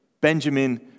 Benjamin